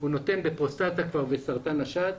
הוא נותן בפרוסטטה ובסרטן השד.